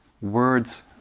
Words